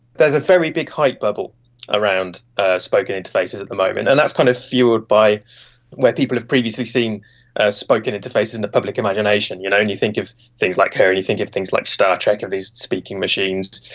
there's a very big hype bubble around spoken interfaces at the moment, and that's kind of fuelled by where people have previously seen ah spoken interfaces in the public imagination, you know and you think of things like her and you think of things like star trek and these speaking machines.